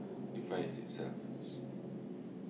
device itself